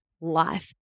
life